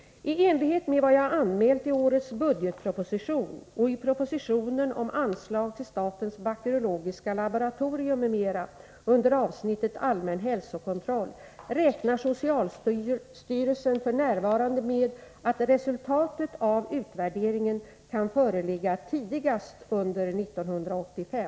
I enlighet med vad jag har anmält i årets budgetproposition och i propositionen om anslag till statens bakteriologiska laboratorium m.m. under avsnittet Allmän hälsokontroll räknar socialstyrelsen f.n. med att resultatet av utvärderingen kan föreligga tidigast under 1985.